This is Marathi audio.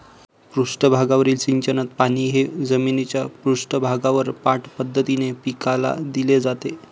पृष्ठभागावरील सिंचनात पाणी हे जमिनीच्या पृष्ठभागावर पाठ पद्धतीने पिकाला दिले जाते